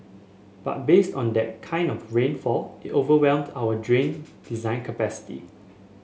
but based on that kind of rainfall it overwhelmed our drain design capacity